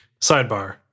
Sidebar